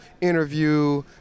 interview